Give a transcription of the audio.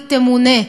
היא תמונה.